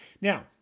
Now